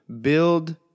build